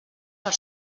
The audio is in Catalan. per